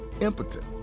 impotent